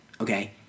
okay